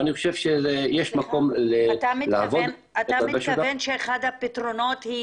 ואני חושב שיש מקום לעבוד --- אתה מתכוון שאחד הפתרונות הוא